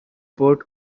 put